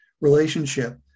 relationship